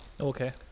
Okay